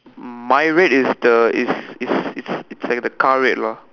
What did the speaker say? my red is the is is is it's like the car red lah